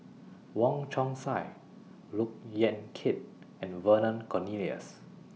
Wong Chong Sai Look Yan Kit and Vernon Cornelius